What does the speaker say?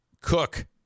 Cook